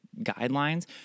guidelines